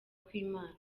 kw’imana